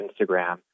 Instagram